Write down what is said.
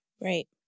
Right